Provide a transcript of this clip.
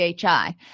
PHI